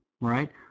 right